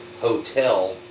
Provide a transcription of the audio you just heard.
hotel